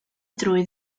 drwy